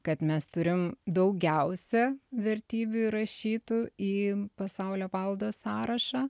kad mes turim daugiausia vertybių įrašytų į pasaulio paveldo sąrašą